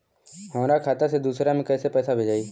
हमरा खाता से दूसरा में कैसे पैसा भेजाई?